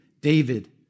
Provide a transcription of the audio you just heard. David